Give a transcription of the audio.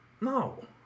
No